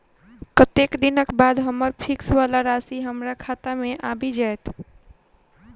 कत्तेक दिनक बाद हम्मर फिक्स वला राशि हमरा खाता मे आबि जैत?